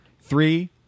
Three